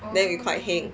then we quite heng